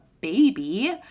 baby